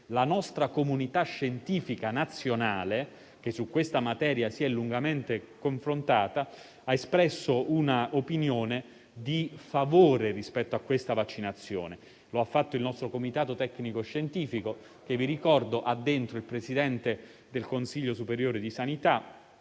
La nostra comunità scientifica nazionale, che su questa materia si è lungamente confrontata, ha espresso un'opinione favorevole su tale vaccinazione; lo ha fatto il nostro Comitato tecnico-scientifico, di cui fa parte il presidente del consiglio superiore di sanità,